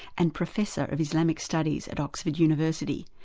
and professor of islamic studies at oxford university,